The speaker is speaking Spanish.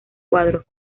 cuadros